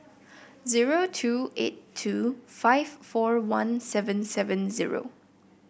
zero two eight two five four one seven seven zero